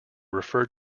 referred